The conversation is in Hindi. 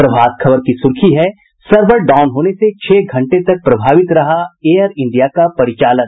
प्रभात खबर की सुर्खी है सर्वर डाउन होने से छह घंटे तक प्रभावित रहा एयर इंडिया का परिचालन